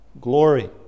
glory